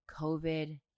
covid